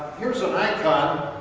here's an icon.